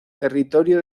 territorio